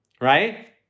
right